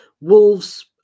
Wolves